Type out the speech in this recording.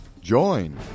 Join